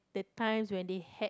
the times when they had